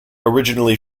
originally